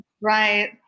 Right